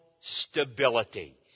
stability